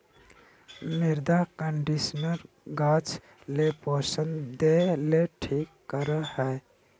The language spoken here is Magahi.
मृदा कंडीशनर गाछ ले पोषण देय ले ठीक करे हइ